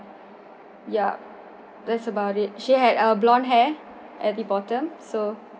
yup that's about it she has err blond hair at the bottom so